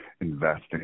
investing